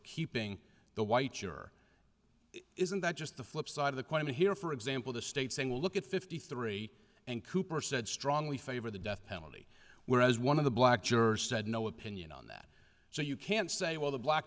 keeping the white your isn't that just the flip side of the coin here for example the state saying look at fifty three and cooper said strongly favor the death penalty whereas one of the black jurors said no opinion on that so you can say well the black